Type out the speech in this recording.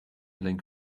link